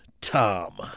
Tom